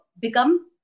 become